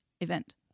event